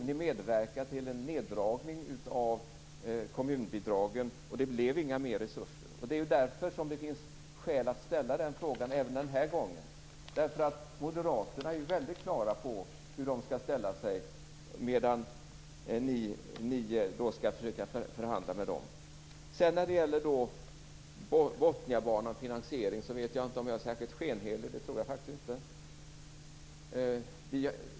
Jo, ni medverkade till en neddragning av kommunbidragen, och det blev inte mer resurser. Det är därför det finns skäl att ställa denna fråga även den här gången. Moderaterna är ju väldigt klara över hur de skall ställa sig medan ni skall försöka förhandla med dem. När det gäller Bottniabanan och finansieringen vet jag inte om jag är särskilt skenhelig. De tror jag faktiskt inte.